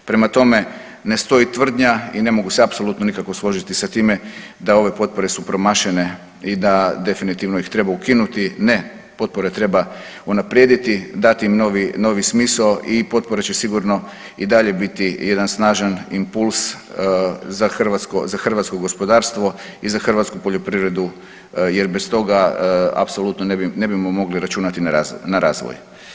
Prema tome, ne stoji tvrdnja i ne mogu se apsolutno nikako složiti sa time da ove potpore su promašene i da definitivno ih treba ukinuti, ne potpore treba unaprijediti, dati im novi, novi smisao i potpore će sigurno i dalje biti jedan snažan impuls za hrvatsko, za hrvatsko gospodarstvo i za hrvatsku poljoprivredu jer bez toga apsolutno ne bi, ne bimo mogli računati na razvoj, na razvoj.